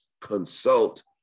consult